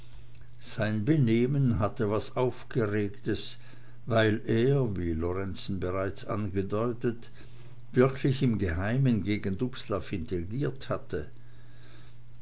sein benehmen hatte was aufgeregtes weil er wie lorenzen bereits angedeutet wirklich im geheimen gegen dubslav intrigiert hatte